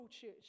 church